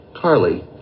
Carly